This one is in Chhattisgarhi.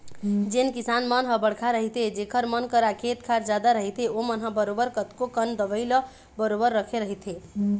जेन किसान मन ह बड़का रहिथे जेखर मन करा खेत खार जादा रहिथे ओमन ह बरोबर कतको कन दवई ल बरोबर रखे रहिथे